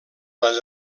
les